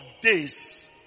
days